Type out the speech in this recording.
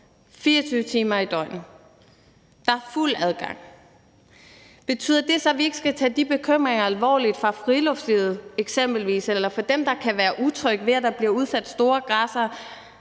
24 timer i døgnet. Der er fuld adgang. Betyder det så, at vi ikke skal tage de bekymringer alvorligt fra eksempelvis friluftslivet eller fra dem, der kan være utrygge ved, at der bliver udsat store græssere?